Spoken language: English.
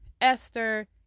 Esther